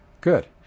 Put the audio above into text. Good